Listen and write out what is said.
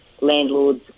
landlords